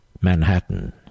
Manhattan